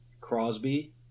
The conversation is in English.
Crosby